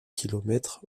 kilomètre